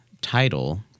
title